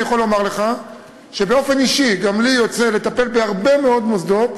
אני יכול לומר לך שבאופן אישי גם לי יוצא לטפל בהרבה מאוד מוסדות,